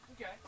Okay